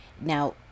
Now